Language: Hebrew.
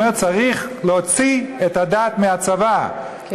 והוא אומר: צריך להוציא את הדת מהצבא, נא לסיים.